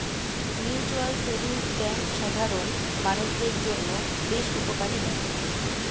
mutual savings bank সাধারণ মানুষদের জন্য বেশ উপকারী